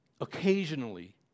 occasionally